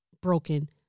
broken